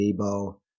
Debo